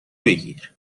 بگیر